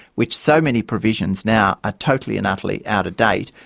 which so many provisions now are totally and utterly out of date,